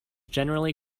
generally